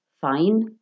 Fine